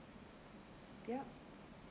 yup